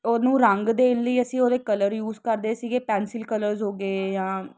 ਉਹਨੂੰ ਰੰਗ ਦੇਣ ਲਈ ਅਸੀਂ ਉਹਦੇ ਕਲਰ ਯੂਜ ਕਰਦੇ ਸੀਗੇ ਪੈਨਸਿਲ ਕਲਰਸ ਹੋ ਗਏ ਜਾਂ